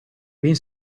ben